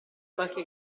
qualche